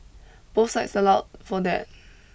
both sites allow for that